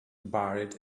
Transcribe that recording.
buried